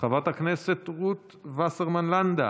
חברת הכנסת רות וסרמן לנדה,